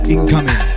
Incoming